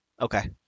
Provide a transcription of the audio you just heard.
Okay